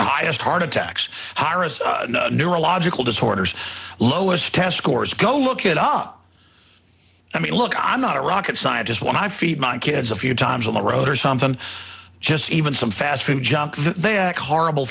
just heart attacks neurological disorders lowest test scores go look it up i mean look i'm not a rocket scientist when i feed my kids a few times on the road or sometimes just even some fast food junk they're at horrible